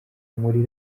muri